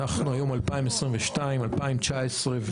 אנחנו היום ב-2022, וב-2019...